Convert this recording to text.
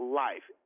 life